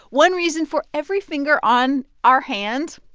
one reason for every finger on our hand.